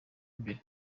imbere